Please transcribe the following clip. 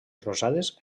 rosades